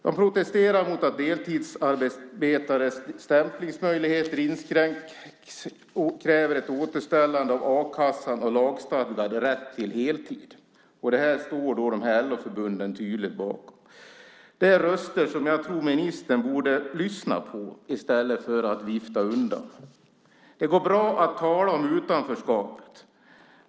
De protesterar mot att deltidsarbetares stämplingsmöjligheter inskränks och kräver ett återställande av a-kassan och lagstadgad rätt till heltid. Det här står dessa LO-förbund tydligt bakom. Det är röster som ministern borde lyssna på i stället för att vifta undan. Det går bra att tala om utanförskapet.